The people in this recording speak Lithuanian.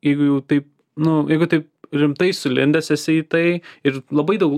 jeigu jau taip nu jeigu taip rimtai sulindęs esi į tai ir labai daug